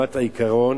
שברמת העיקרון